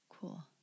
Cool